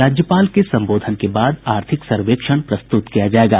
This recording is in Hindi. राज्यपाल के संबोधन के बाद आर्थिक सर्वेक्षण प्रस्तुत किया जायेगा